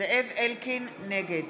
נגד